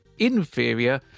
inferior